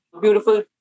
beautiful